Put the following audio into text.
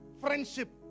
friendship